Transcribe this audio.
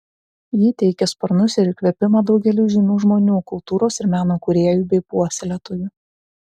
ji teikė sparnus ir įkvėpimą daugeliui žymių žmonių kultūros ir meno kūrėjų bei puoselėtojų